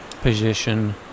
position